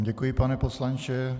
Děkuji vám, pane poslanče.